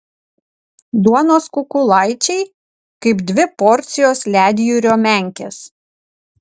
duonos kukulaičiai kaip dvi porcijos ledjūrio menkės